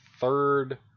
third